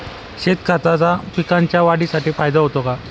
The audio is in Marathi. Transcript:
शेणखताचा पिकांच्या वाढीसाठी फायदा होतो का?